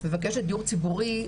מבקשת דיור ציבורי,